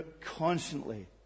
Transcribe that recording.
constantly